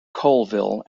colville